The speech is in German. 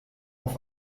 auf